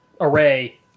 array